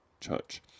church